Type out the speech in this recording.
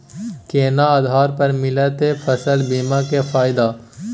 केना आधार पर मिलतै फसल बीमा के फैदा?